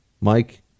Mike